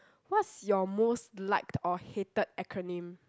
what's your most liked or hated acronym